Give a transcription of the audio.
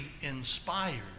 inspired